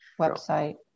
website